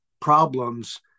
problems